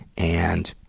and,